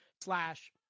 slash